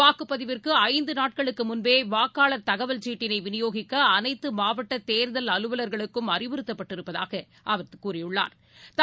வாக்குப்பதிவிற்கு ஐந்து நாட்களுக்கு முன்பே வாக்காளர் தகவல் சீட்டினை விநியோகிக்க அனைத்து மாவட்ட தோ்தல் அலுவல்களுக்கும் அறிவுறுத்தப்பட்டிருப்பதாக அவா் கூறியுள்ளாா்